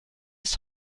ist